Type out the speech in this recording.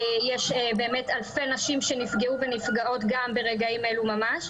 יש באמת אלפי נשים שנפגעו ונפגעות גם ברגעים אלו ממש.